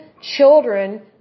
children